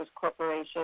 Corporation